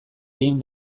egin